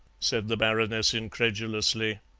said the baroness incredulously.